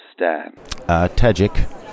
Tajik